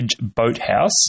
Boathouse